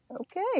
Okay